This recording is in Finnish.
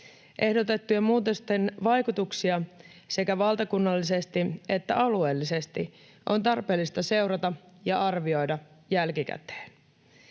Ehdotettujen muutosten vaikutuksia sekä valtakunnallisesti että alueellisesti on tarpeellista seurata ja arvioida jälkikäteen.